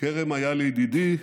"כרם היה לידידי,